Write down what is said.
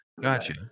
gotcha